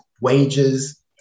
wages